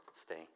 Stay